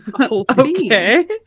Okay